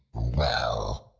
well!